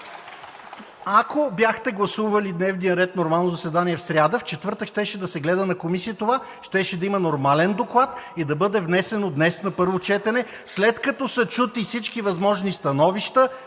Ако бяхте гласували дневния ред – нормално заседание в сряда, в четвъртък щеше да се гледа на Комисията това, щеше да има нормален доклад и да бъде внесено днес на първо четене, след като са чути всички възможни становища,